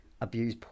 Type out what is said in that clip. abuse